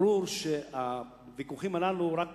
ברור שהוויכוחים הללו רק